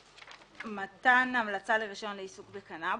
מתן המלצה לרישיון עיסוק בקנאבוס.